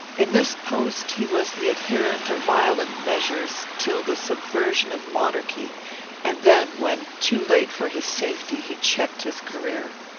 in this post he was the adherent of violent measures, till the subversion of monarchy and then, when too late for his safety, he checked his career.